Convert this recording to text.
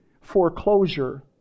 foreclosure